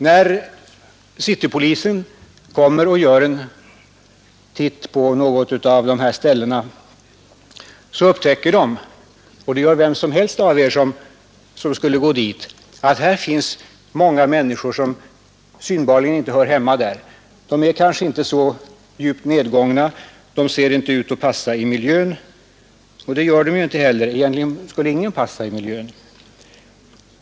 När citypolisen tar en titt på något av dessa ställen, upptäcker den — och det skulle vem som helst av er som gick dit göra — att det finns många människor som alldeles uppenbart inte hör hemma där. De är kanske inte så djupt nedgångna. De ser inte ut att passa i miljön. Det gör de inte heller — egentligen skulle ingen passa i den miljön.